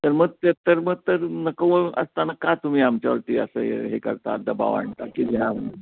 तर मग ते तर मग तर नको असताना का तुम्ही आमच्यावरती असं हे हे करता दबाव आणता की लिहा म्हणून